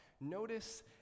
Notice